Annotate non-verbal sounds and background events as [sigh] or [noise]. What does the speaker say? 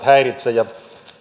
[unintelligible] häiritse